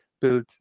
build